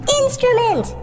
instrument